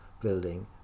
building